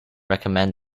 recommend